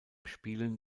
spielen